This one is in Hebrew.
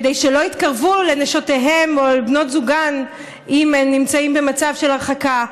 כדי שלא יתקרבו לנשותיהם או לבנות זוגם אם הם נמצאים במצב של הרחקה.